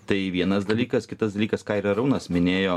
tai vienas dalykas kitas dalykas ką ir arūnas minėjo